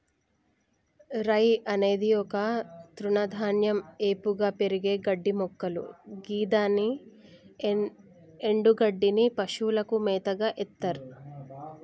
రై అనేది ఒక తృణధాన్యం ఏపుగా పెరిగే గడ్డిమొక్కలు గిదాని ఎన్డుగడ్డిని పశువులకు మేతగ ఎత్తర్